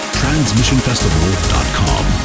transmissionfestival.com